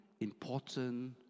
important